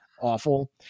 awful